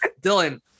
Dylan